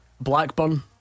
Blackburn